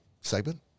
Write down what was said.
segment